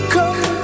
Come